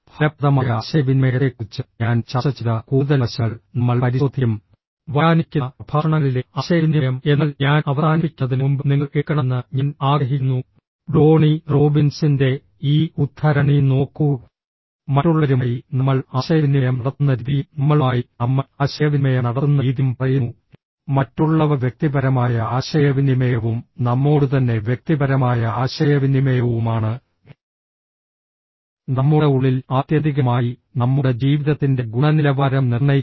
ഫലപ്രദമായ ആശയവിനിമയത്തെക്കുറിച്ച് ഞാൻ ചർച്ച ചെയ്ത കൂടുതൽ വശങ്ങൾ നമ്മൾ പരിശോധിക്കും വരാനിരിക്കുന്ന പ്രഭാഷണങ്ങളിലെ ആശയവിനിമയം എന്നാൽ ഞാൻ അവസാനിപ്പിക്കുന്നതിന് മുമ്പ് നിങ്ങൾ എടുക്കണമെന്ന് ഞാൻ ആഗ്രഹിക്കുന്നു ടോണി റോബിൻസിൻ്റെ ഈ ഉദ്ധരണി നോക്കൂ മറ്റുള്ളവരുമായി നമ്മൾ ആശയവിനിമയം നടത്തുന്ന രീതിയും നമ്മളുമായി നമ്മൾ ആശയവിനിമയം നടത്തുന്ന രീതിയും പറയുന്നു മറ്റുള്ളവ വ്യക്തിപരമായ ആശയവിനിമയവും നമ്മോടുതന്നെ വ്യക്തിപരമായ ആശയവിനിമയവുമാണ് നമ്മുടെ ഉള്ളിൽ ആത്യന്തികമായി നമ്മുടെ ജീവിതത്തിന്റെ ഗുണനിലവാരം നിർണ്ണയിക്കുന്നു